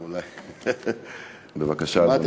בבקשה, אדוני.